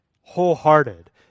wholehearted